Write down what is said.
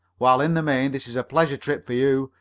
while in the main this is a pleasure trip for you,